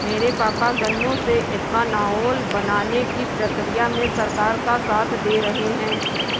मेरे पापा गन्नों से एथानाओल बनाने की प्रक्रिया में सरकार का साथ दे रहे हैं